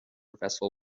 vessel